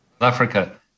Africa